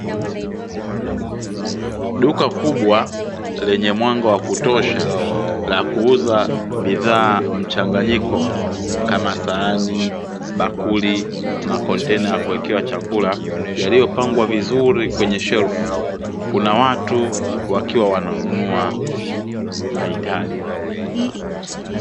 Duka kubwa lenye mwanga wakutosha, la kuuza bidhaa mchanganyiko kama sahani, bakuli, makontena ya kuwekea chakula, yaliyopangwa vizuri kwenye shelfu, kuna watu wakiwa wananunua mahitaji.